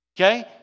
Okay